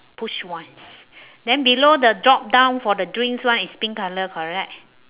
push once then below the drop down for the drinks one is pink colour correct